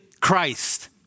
Christ